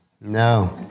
No